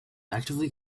actively